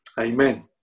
Amen